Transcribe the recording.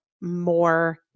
more